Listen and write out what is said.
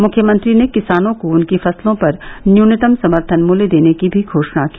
मुख्यमंत्री ने किसानों को उनकी फसलों पर न्यूनतम समर्थन मूल्य देने की भी घोषणा की